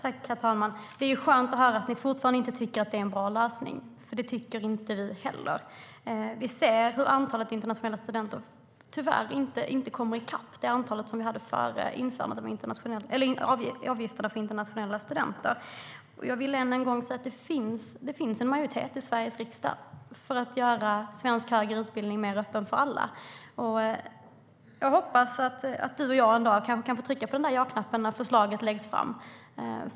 Herr talman! Det är skönt att höra att ni fortfarande inte tycker att det en bra lösning, Kristina Yngwe, för det tycker inte vi heller. Vi kan se hur antalet internationella studenter tyvärr inte kommer i kapp det antal som vi hade före införandet av avgifter för internationella studenter. Jag vill än en gång säga att det finns en majoritet i Sveriges riksdag för att öppna svensk utbildning för alla. Jag hoppas att du och jag en dag kan trycka på ja-knappen när det förslaget läggs fram.